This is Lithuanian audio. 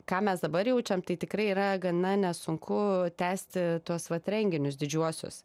ką mes dabar jaučiam tai tikrai yra gana nesunku tęsti tuos vat renginius didžiuosius